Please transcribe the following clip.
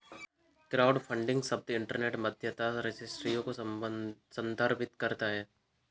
crowdfunding शब्द internet मध्यस्थता रजिस्ट्रियों को संदर्भित करता है